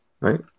right